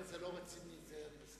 זה לא רציני, לזה אני מסכים.